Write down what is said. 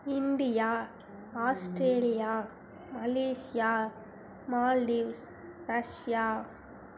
India Australia Malaysia Maldives Russia